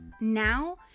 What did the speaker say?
now